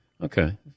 Okay